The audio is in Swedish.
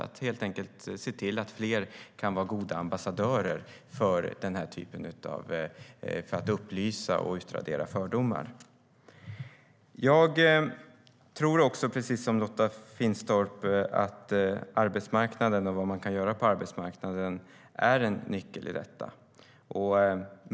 Det gäller helt enkelt att se till att fler kan vara goda ambassadörer för att informera och utradera fördomar. Precis som Lotta Finstorp tror också jag att det som kan göras på arbetsmarknaden är en nyckel i detta.